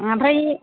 ओमफ्राय